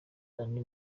andi